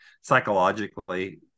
psychologically